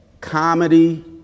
comedy